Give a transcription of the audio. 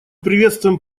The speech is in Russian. приветствуем